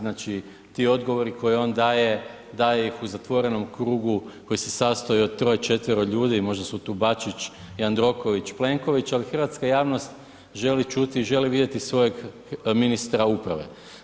Znači, ti odgovori koje on daje, daje ih u zatvorenom krugu koji se sastoji od 3, 4 ljudi, možda su tu Bačić, Jandroković, Plenković, ali hrvatska javnost želi čuti i želi vidjeti svojeg ministra uprave.